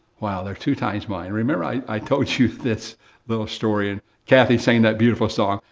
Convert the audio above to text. wow. there are two times mine. remember, i i told you this little story, and kathy sang that beautiful song?